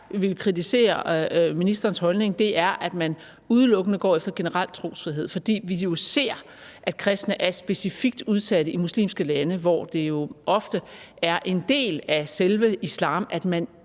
vil kritisere ministerens holdning, er, at man udelukkende går efter generel trosfrihed, fordi vi jo ser, at kristne er specifikt udsatte i muslimske lande, hvor det ofte er en del af selve islam, at man